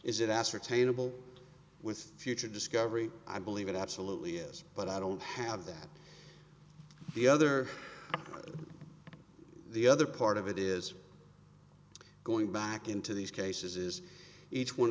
is it ascertainable with future discovery i believe it absolutely is but i don't have that the other the other part of it is going back into these cases is each one